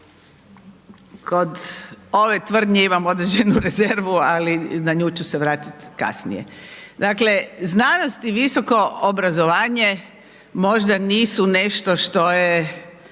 Kod ove tvrdnje imam određenu rezervu ali na nju ću se vratiti kasnije. Dakle, znanost i visoko obrazovanje možda nisu nešto što je